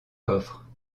coffre